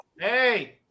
hey